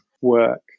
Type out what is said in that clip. work